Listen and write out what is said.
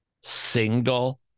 single